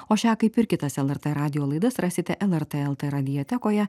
o šią kaip ir kitas lrt radijo laidas rasite lrt lt radiotekoje